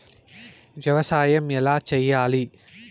వ్యవసాయం ఎలా చేయాలి?